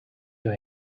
you